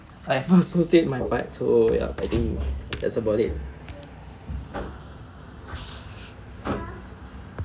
I've also said my part so yup I think that's about it